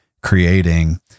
creating